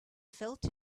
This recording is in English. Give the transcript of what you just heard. felt